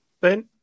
Ben